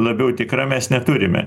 labiau tikra mes neturime